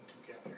together